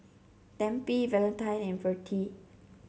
Tempie Valentine and Vertie